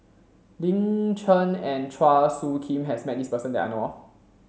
Lin Chen and Chua Soo Khim has met this person that I know of